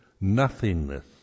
nothingness